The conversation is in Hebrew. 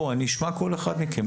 אני אשמע כל אחד מהם.